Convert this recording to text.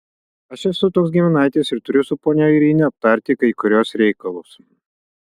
aš esu toks giminaitis ir turiu su ponia airine aptarti kai kuriuos reikalus